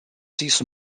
sees